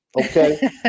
Okay